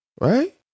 Right